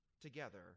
together